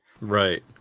Right